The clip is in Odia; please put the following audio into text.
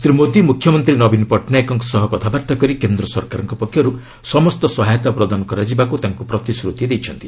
ଶ୍ରୀ ମୋଦି ମୁଖ୍ୟମନ୍ତ୍ରୀ ନବୀନ ପଟ୍ଟନାୟକଙ୍କ ସହ କଥାବାର୍ତ୍ତା କରି କେନ୍ଦ୍ର ସରକାରଙ୍କ ପକ୍ଷର୍ ସମସ୍ତ ସହାୟତା ପ୍ରଦାନ କରାଯିବାକ୍ ତାଙ୍କ ପ୍ରତିଶ୍ରତି ଦେଇଛନ୍ତି